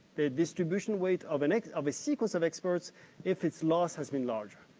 the distribution weight of and of a sequence of experts if its loss has been larger.